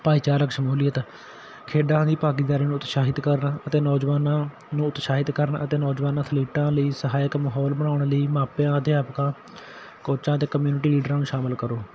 ਭਾਈਚਾਰਕ ਸ਼ਮੂਲੀਅਤ ਖੇਡਾਂ ਦੀ ਭਾਗੀਦਾਰੀ ਨੂੰ ਉਤਸ਼ਾਹਿਤ ਕਰਨ ਅਤੇ ਨੌਜਵਾਨਾਂ ਨੂੰ ਉਤਸ਼ਾਹਿਤ ਕਰਨ ਅਤੇ ਨੌਜਵਾਨ ਅਥਲੀਟਾਂ ਲਈ ਸਹਾਇਕ ਮਾਹੌਲ ਬਣਾਉਣ ਲਈ ਮਾਪਿਆਂ ਅਧਿਆਪਕਾਂ ਕੋਚਾਂ ਅਤੇ ਕਮਿਊਨਿਟੀ ਲੀਡਰਾਂ ਨੂੰ ਸ਼ਾਮਿਲ ਕਰੋ